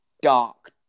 dark